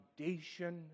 foundation